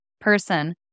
Person